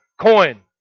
coin